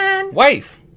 Wife